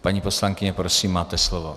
Paní poslankyně, prosím, máte slovo.